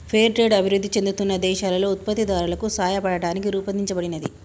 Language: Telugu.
ఫెయిర్ ట్రేడ్ అభివృద్ధి చెందుతున్న దేశాలలో ఉత్పత్తిదారులకు సాయపడటానికి రూపొందించబడినది